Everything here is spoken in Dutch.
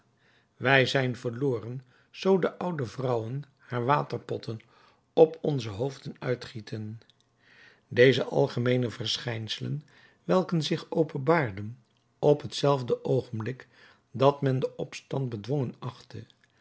wij zijn verloren zoo de oude vrouwen haar waterpotten op onze hoofden uitgieten deze algemeene verschijnselen welke zich openbaarden op hetzelfde oogenblik dat men den opstand bedwongen achtte